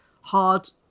hard